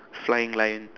flying lion